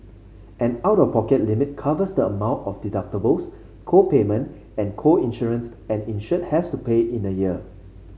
an out of pocket limit covers the amount of deductibles co payments and co insurance an insured has to pay in a year